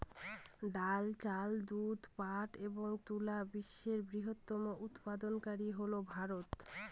ডাল, চাল, দুধ, পাট এবং তুলা বিশ্বের বৃহত্তম উৎপাদনকারী হল ভারত